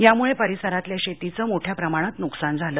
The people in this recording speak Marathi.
यामुळे परिसरातल्या शेतीच मोठ्या प्रमाणत नुकसान झाले